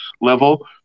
level